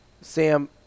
Sam